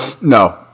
no